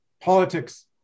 Politics